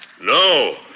No